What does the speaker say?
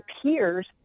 appears